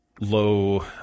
low